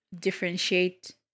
differentiate